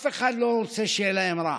שאף אחד לא רוצה שיהיה להם רע.